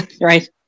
right